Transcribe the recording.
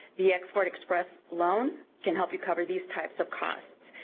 the export express loan can help you cover these types of costs.